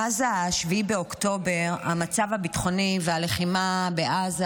מאז 7 באוקטובר המצב הביטחוני והלחימה בעזה